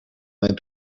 mijn